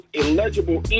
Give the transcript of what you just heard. illegible